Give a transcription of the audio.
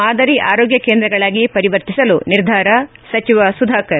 ಮಾದರಿ ಆರೋಗ್ಯ ಕೇಂದ್ರಗಳಾಗಿ ಪರಿವರ್ತಿಸಲು ನಿರ್ಧಾರ ಸಚಿವ ಸುಧಾಕರ್